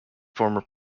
former